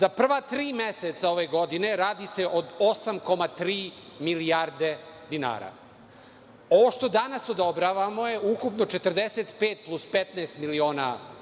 za prva tri meseca ove godine radi se od 8,3 milijarde dinara. Ovo što danas odobravamo ukupno 45 plus 15 miliona evra,